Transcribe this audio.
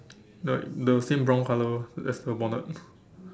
like the same brown colour as the bonnet